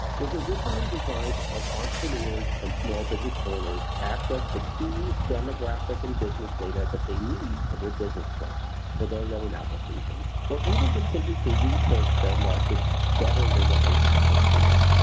was originally designed to help entrepreneurs and small business owners access the key demographic and business data that they need for their business plan, for their loan application, or even just simply to research their markets better than what they had before.